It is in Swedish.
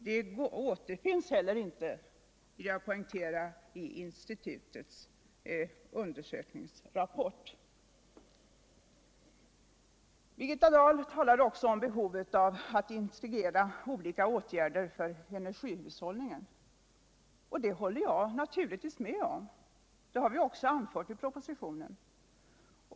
Jag vill poängtera att de inte heller återfinns i institutets undersökningsrapport. Birgitta Dahl talade vidare om behovet av att integrera olika åtgärder för energihushållningen. Att det är nödvändigt håller jag naturligtvis med om, och det har vi också anfört i propositionen.